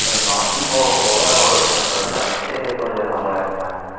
இருந்தோம் போக போக ஒரு வருஷம் ரெண்டு வருஷம் கழிச்சு கொஞ்சம் சம்பளம் ஏற்றினாங்க